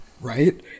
Right